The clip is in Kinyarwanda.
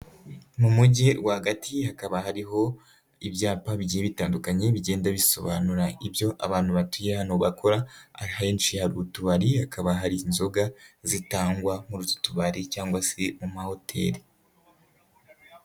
Mu mugi rwagati hakaba hariho ibyapa bigiye bitandukanye, bigenda bisobanura ibyo abantu batuye hano bakora, ahenshi hari utubari hakaba hari inzoga zitangwa muri utu tubari cyangwa se mu mahoteli.